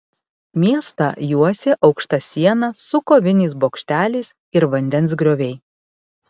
miestą juosė aukšta siena su koviniais bokšteliais ir vandens grioviai